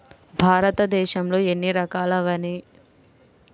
భారతదేశంలో ఎన్ని రకాల వరిని పండించవచ్చు